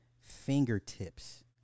fingertips